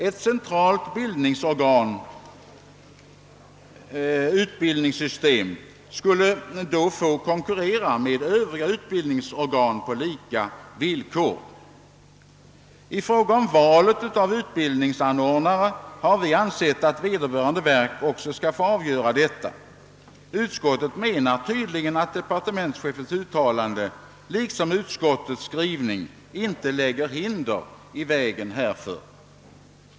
Ett centralt utbildningssystem skulle då få konkurrera med övriga utbildningsorgan på lika villkor. Vi har också ansett att vederbörande verk skall få avgöra valet av utbildningsanordnare. Utskottet menar tydligen att departementschefens uttalande och utskottets skrivning inte lägger hinder i vägen härför.